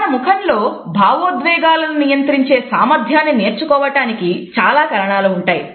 మన ముఖంలో భావోద్వేగాలను నియంత్రించే సామర్థ్యాన్ని నేర్చుకోవటానికి చాలా కారణాలు ఉంటాయి